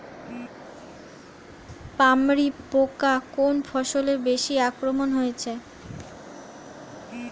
পামরি পোকা কোন ফসলে বেশি আক্রমণ হয়েছে?